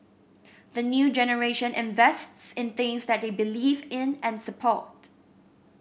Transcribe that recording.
the new generation invests in things that they believe in and support